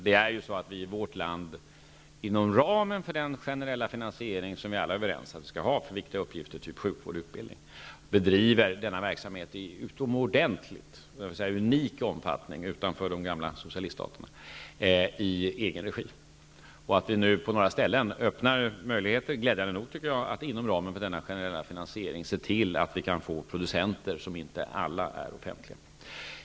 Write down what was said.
Det är ju så att vi i vårt land -- inom ramen för den generella finansiering som vi alla är överens om att vi skall ha för viktiga uppgifter typ sjukvård och utbildning -- i utomordentligt stor omfattning bedriver denna verksamhet i offentlig regi; jag kan t.o.m. säga att det sker i utanför de gamla socialiststaterna unikt stor omfattning. På några ställen ser vi nu -- glädjande nog, tycker jag -- till att vi inom ramen för den här generella finansieringen får producenter som inte alla är offentliga.